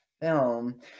film